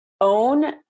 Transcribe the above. own